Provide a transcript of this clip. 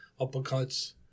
uppercuts